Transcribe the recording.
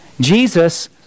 Jesus